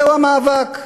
זהו המאבק.